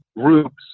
groups